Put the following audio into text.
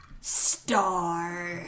Star